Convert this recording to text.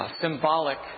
symbolic